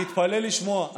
תתפלא לשמוע,